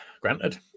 Granted